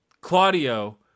Claudio